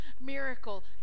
miracle